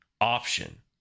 option